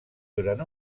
durant